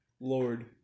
Lord